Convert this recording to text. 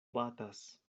batas